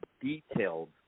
detailed